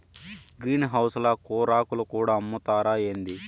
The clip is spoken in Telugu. గ్రీన్ హౌస్ ల కూరాకులు కూడా అమ్ముతారా ఏంది